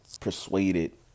persuaded